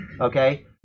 okay